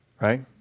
right